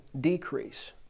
decrease